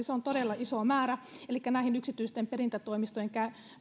se on todella iso määrä elikkä yksityisten perintätoimistojen